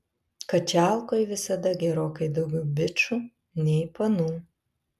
kačialkoj visada gerokai daugiau bičų nei panų